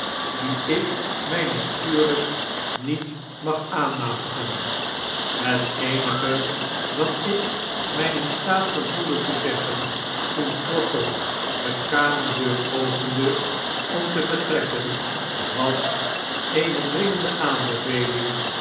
dien ik my natuurlyk niet mag aanmatigen het eenige wat ik my in staat gevoelde te zeggen toen trottle de kamerdeur opende om te vertrekken was eene dringende aanbeveling